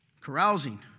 carousing